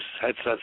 headset